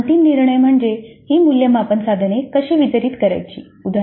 आता अंतिम निर्णय म्हणजे ही मूल्यमापन साधने कशी वितरीत करायची